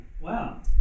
Wow